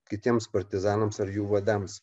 kitiems partizanams ar jų vadams